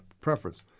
preference